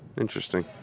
Interesting